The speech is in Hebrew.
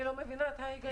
אני לא מבינה את ההיגיון.